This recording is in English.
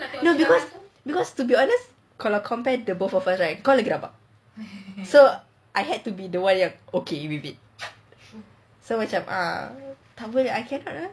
no because because to be honest compared to the both of us kau lagi rabak so I had to be the one yang okay with it so macam ah I cannot